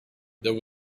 there